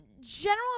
general